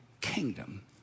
kingdom